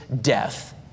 death